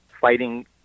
fighting